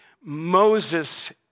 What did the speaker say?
Moses